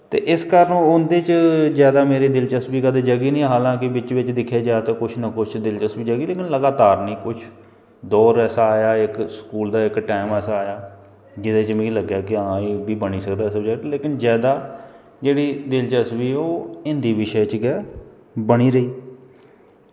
ते इस कारण उं'दे च मेरी ज्यादा मेरी दिसचस्पी कदें जगी नी हालांकि बिच्च बिच्च दिक्खेआ जा ते कुछ ना कुछ दिलचस्पी जगी लेकिन लगातार नी कुछ दौर ऐसा आया इक स्कूल दा इक टैम ऐसा आया जेह्दे च मिगी लग्गेआ कि हां एह् ओह् बी बनी सकदी सब्जैक्ट लेकिन ज्यादा जेह्ड़ी दिलचस्पी ऐ ओह् हिन्दी बिशे च गै बनी रेही